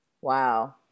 Wow